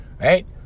right